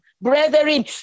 Brethren